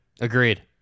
Agreed